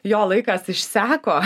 jo laikas išseko